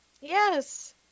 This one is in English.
yes